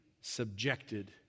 subjected